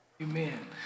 Amen